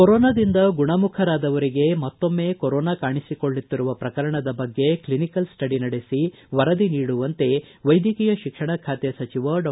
ಕೊರೋನಾದಿಂದ ಗುಣಮುಖರಾದವರಿಗೆ ಮತ್ತೊಮ್ಮೆ ಕೊರೋನಾ ಕಾಣಿಸಿಕೊಳ್ಳುತ್ತಿರುವ ಪ್ರಕರಣದ ಬಗ್ಗೆ ಕ್ಷಿನಿಕಲ್ ಸ್ನಡಿ ನಡೆಸಿ ವರದಿ ನೀಡುವಂತೆ ವೈದ್ಯಕೀಯ ಶಿಕ್ಷಣ ಖಾತೆ ಸಚಿವ ಡಾ